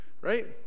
Right